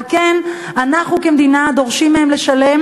על כן אנחנו כמדינה דורשים מהם לשלם